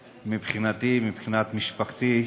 מבחינתי, מבחינת משפחתי,